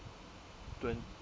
twenty